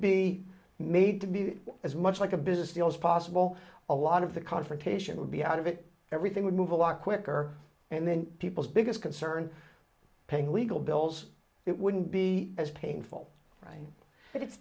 be made to be as much like a business deal as possible a lot of the confrontation would be out of it everything would move a lot quicker and then people's biggest concern paying legal bills it wouldn't be as painful but it's